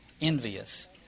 envious